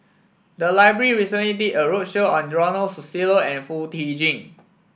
the library recently did a roadshow on Ronald Susilo and Foo Tee Jun